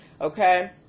Okay